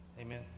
amen